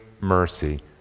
mercy